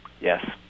Yes